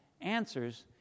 answers